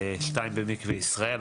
שתיים במקווה ישראל,